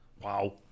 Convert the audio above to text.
Wow